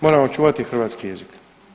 Moramo čuvati hrvatski jezik.